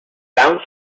bounce